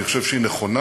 אני חושב שהיא נכונה: